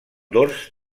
dors